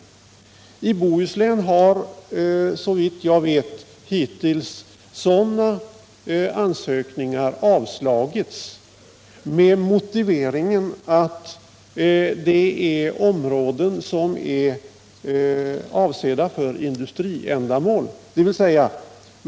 Men i Bohuslän har, såvitt jag vet, sådana ansökningar hittills avslagits med motiveringen att det gäller områden som är avsedda för industriändamål.